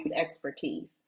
expertise